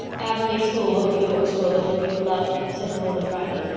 avonlea school won't be the worse for a little new blood, said marilla drily,